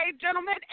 gentlemen